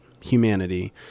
humanity